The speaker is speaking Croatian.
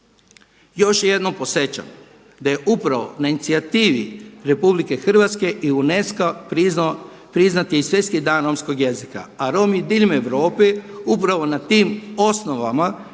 Još jednom podsjećam da je upravo na inicijativi RH i UNESCO-a priznat je i Svjetski dan romskog jezika a Romi diljem Europe upravo na tim osnovama